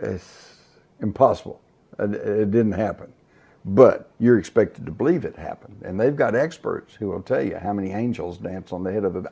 as impossible didn't happen but you're expected to believe it happened and they've got experts who will tell you how many angels dance on the head of